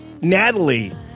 Natalie